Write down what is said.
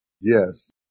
Yes